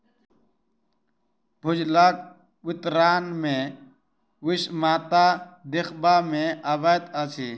भूजलक वितरण मे विषमता देखबा मे अबैत अछि